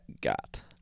got